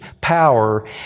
power